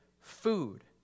food